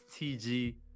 TG